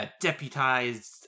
deputized